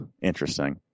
Interesting